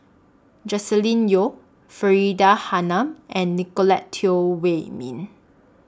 Joscelin Yeo Faridah Hanum and Nicolette Teo Wei Min